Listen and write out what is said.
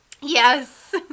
Yes